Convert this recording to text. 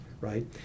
right